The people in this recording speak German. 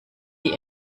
die